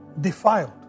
defiled